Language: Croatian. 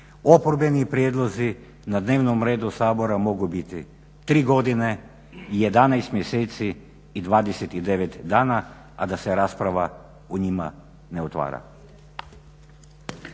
oporbeni prijedlozi na dnevnom redu Sabora mogu biti 3 godine, 11 mjeseci i 29 dana, a da se rasprava o njima ne otvara.